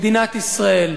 מדינת ישראל.